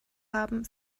haben